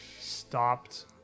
stopped